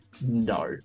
no